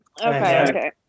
Okay